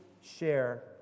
share